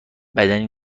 بدنی